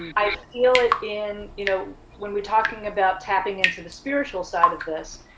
i feel it in, you know when we're talking about tapping into the spiritual side of this,